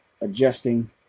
adjusting